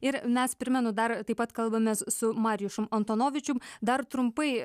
ir mes primenu dar taip pat kalbamės su marijušum ontonovičium dar trumpai